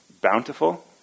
Bountiful